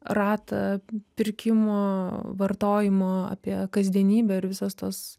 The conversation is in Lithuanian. ratą pirkimo vartojimo apie kasdienybę ir visos tos